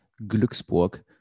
Glücksburg